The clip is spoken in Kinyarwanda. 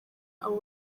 abo